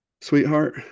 Sweetheart